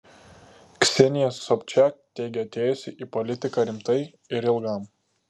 ksenija sobčiak teigia atėjusi į politiką rimtai ir ilgam